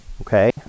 okay